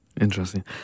Interesting